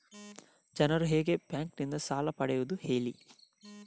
ಜನರು ಹೇಗೆ ಬ್ಯಾಂಕ್ ನಿಂದ ಸಾಲ ಪಡೆಯೋದು ಹೇಳಿ